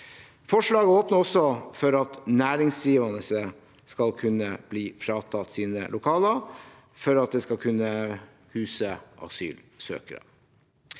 Forslaget åpner også for at næringsdrivende skal kunne bli fratatt sine lokaler for å huse asylsøkere.